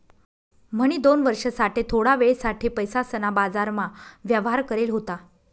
म्हणी दोन वर्ष साठे थोडा वेळ साठे पैसासना बाजारमा व्यवहार करेल होता